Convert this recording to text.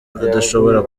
adashobora